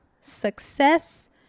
success